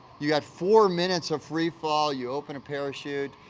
you got four minutes of free fall, you open a parachute,